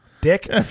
Dick